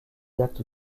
actes